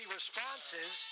responses